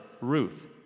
Ruth